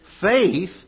Faith